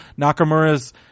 Nakamura's